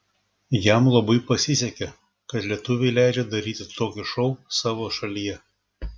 jam labai pasisekė kad lietuviai leidžia daryti tokį šou savo šalyje